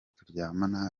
turyamana